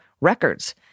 records